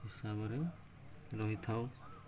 ହିସାବରେ ରହିଥାଉ